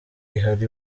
ihari